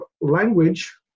language